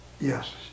Yes